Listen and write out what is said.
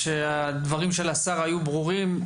הדברים של השר היו ברורים,